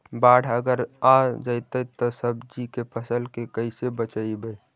बाढ़ अगर आ जैतै त सब्जी के फ़सल के कैसे बचइबै?